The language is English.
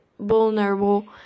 vulnerable